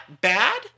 bad